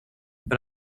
but